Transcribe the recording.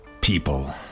People